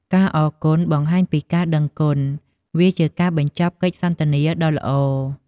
ការអរគុណបង្ហាញពីការដឹងគុណវាជាការបញ្ចប់កិច្ចសន្ទនាដ៏ល្អ។